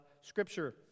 Scripture